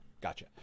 Gotcha